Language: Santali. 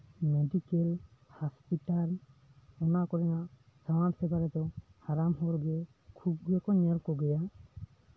ᱢᱮᱰᱤᱠᱮᱞ ᱦᱟᱥᱯᱤᱴᱟᱞ ᱚᱱᱟ ᱠᱚᱨᱮᱱᱟᱜ ᱥᱟᱶᱟᱨ ᱥᱮᱵᱟ ᱨᱮᱫᱚ ᱦᱟᱲᱟᱢ ᱦᱚᱲᱜᱮ ᱠᱷᱩᱵ ᱜᱮᱠᱚ ᱧᱮᱞ ᱠᱚᱜᱮᱭᱟ